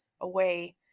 away